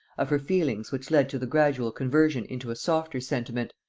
of her feelings which led to the gradual conversion into a softer sentiment,